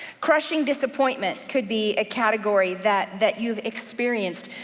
crushing disappointment could be a category that that you've experienced.